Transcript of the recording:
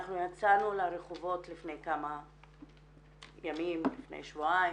אנחנו יצאנו לרחובות לפני כמה ימים, לפני שבועיים,